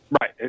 Right